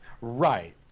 right